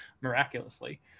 miraculously